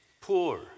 poor